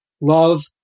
love